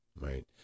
right